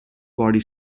body